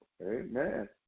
Amen